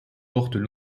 portent